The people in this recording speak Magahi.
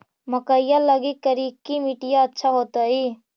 मकईया लगी करिकी मिट्टियां अच्छा होतई